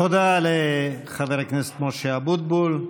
תודה לחבר הכנסת משה אבוטבול.